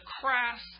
crass